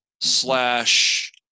slash